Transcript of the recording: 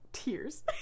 tears